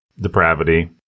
depravity